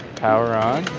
power on